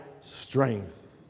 strength